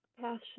passion